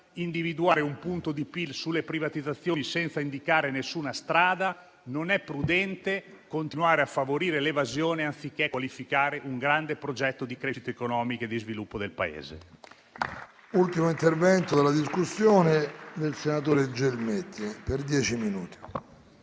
individuare un punto di PIL sulle privatizzazioni senza indicare alcuna strada. Non è prudente continuare a favorire l'evasione, anziché qualificare un grande progetto di crescita economica e di sviluppo del Paese.